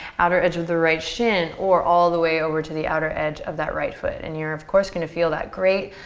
outer edge of the right shin, or all the way over to outer edge of that right foot. and you're of course gonna feel that great,